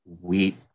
wheat